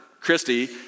Christy